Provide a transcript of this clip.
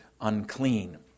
unclean